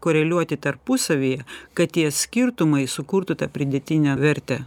koreliuoti tarpusavyje kad tie skirtumai sukurtų tą pridėtinę vertę